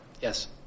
Yes